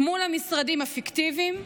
מול המשרדים הפיקטיביים,